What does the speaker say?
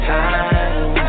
time